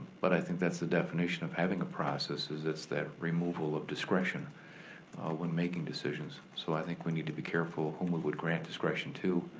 but i think that's the definition of having a process, is it's that removal of discretion when making decisions. so i think we need to be careful whom we would grant discretion to,